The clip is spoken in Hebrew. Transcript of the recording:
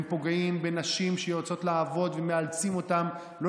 הם פוגעים בנשים שיוצאות לעבוד ומאלצים אותן לא